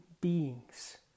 beings